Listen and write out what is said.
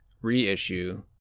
reissue